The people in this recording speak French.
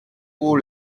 pour